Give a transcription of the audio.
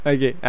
Okay